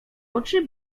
oczy